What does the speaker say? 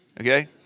okay